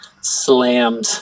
slammed